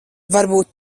varbūt